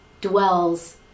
dwells